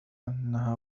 أنها